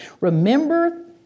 Remember